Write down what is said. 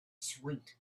sweet